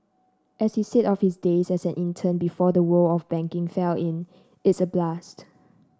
as she said of his days as an intern before the world of banking fell in it's a blast